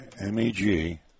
M-E-G